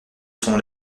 son